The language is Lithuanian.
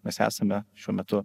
mes esame šiuo metu